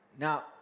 Now